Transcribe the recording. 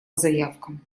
заявкам